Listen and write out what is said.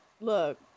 look